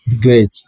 Great